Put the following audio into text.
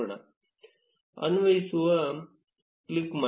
ಅನ್ವಯಿಸು ಕ್ಲಿಕ್ ಮಾಡಿ